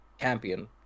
champion